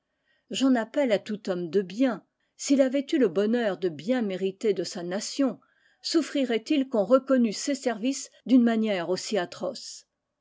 j'en appelle à tout homme de bien s'il avait eu le bonheur de bien mériter de sa nation souffrirait il qu'on reconnût ses services d'une manière aussi atroce